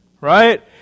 Right